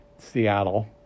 Seattle